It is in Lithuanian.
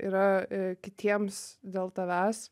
yra kitiems dėl tavęs